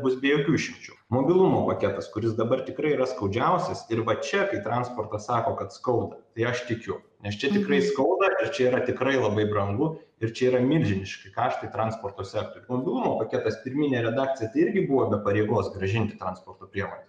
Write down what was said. bus be jokių išimčių mobilumo paketas kuris dabar tikrai yra skaudžiausias ir va čia kai transportas sako kad skauda tai aš tikiu nes čia tikrai skauda čia yra tikrai labai brangu ir čia yra milžiniški kaštai transporto sektoriuj mobilumo paketas pirminė redakcija tai irgi buvo be pareigos grąžinti transporto priemones